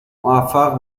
موفق